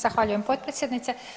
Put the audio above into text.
Zahvaljujem potpredsjednice.